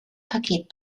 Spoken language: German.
paket